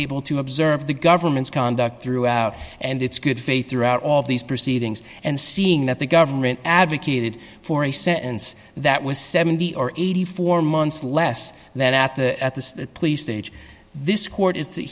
able to observe the government's conduct throughout and it's good faith throughout all these proceedings and seeing that the government advocated for a sentence that was seventy or eighty four months less than at the at the police stage this court is t